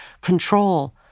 control